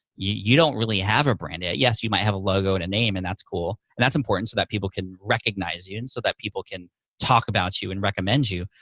you don't really have a brand. yes, you might have a logo and a name, and that's cool. that's important so that people can recognize you and so that people can talk about you and recommend you.